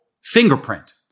fingerprint